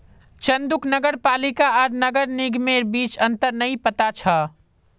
चंदूक नगर पालिका आर नगर निगमेर बीच अंतर नइ पता छ